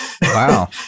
Wow